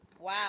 Wow